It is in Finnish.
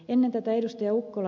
ennen tätä ed